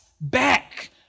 back